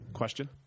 question